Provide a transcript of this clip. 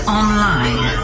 online